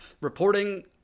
Reporting